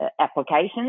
applications